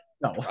No